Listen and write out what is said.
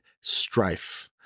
strife